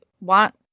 want